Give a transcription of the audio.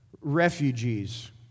refugees